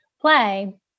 play